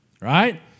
right